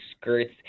Skirts